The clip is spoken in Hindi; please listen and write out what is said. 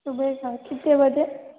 सुबह का है कितने बजे